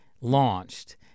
launched